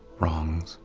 wrongs,